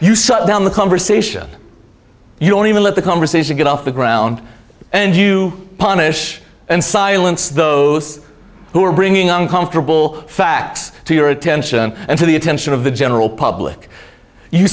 suck down the conversation you don't even let the conversation get off the ground and you punish and silence those who are bringing uncomfortable facts to your attention and to the attention of the general public you